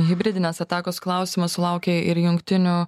hibridinės atakos klausimas sulaukė ir jungtinių